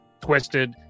twisted